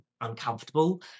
uncomfortable